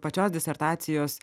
pačios disertacijos